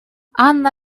анна